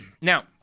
now